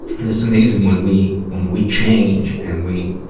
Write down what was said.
and it's amazing when we, when we change and we,